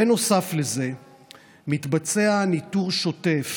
בנוסף לזה מתבצע ניטור שוטף